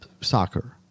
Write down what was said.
soccer